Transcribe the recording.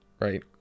Right